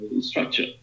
structure